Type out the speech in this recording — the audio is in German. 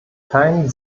keinen